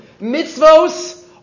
Mitzvos